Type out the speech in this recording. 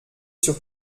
sur